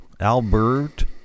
Albert